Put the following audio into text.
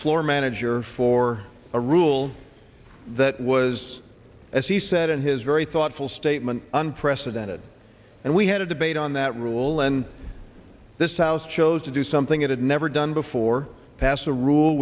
floor manager for a rule that was as he said in his very thoughtful state unprecedented and we had a debate on that rule and this house chose to do something it had never done before pass a rule